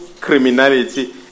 criminality